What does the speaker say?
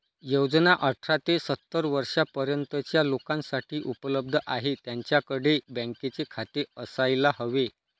योजना अठरा ते सत्तर वर्षा पर्यंतच्या लोकांसाठी उपलब्ध आहे, त्यांच्याकडे बँकेचे खाते असायला हवे